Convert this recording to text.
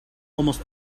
almost